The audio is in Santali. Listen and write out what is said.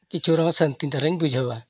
ᱠᱤᱪᱷᱩ ᱨᱮᱦᱚᱸ ᱥᱟᱹᱱᱛᱤ ᱫᱷᱟᱨᱟᱧ ᱵᱩᱡᱷᱟᱹᱣᱟ